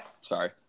sorry